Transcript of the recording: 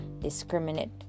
discriminate